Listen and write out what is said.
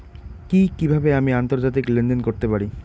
কি কিভাবে আমি আন্তর্জাতিক লেনদেন করতে পারি?